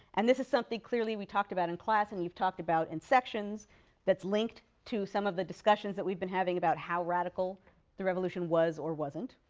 and this is something clearly we talked about in class and we've talked about in sections that's linked to some of the discussions that we've been having about how radical the revolution was or wasn't.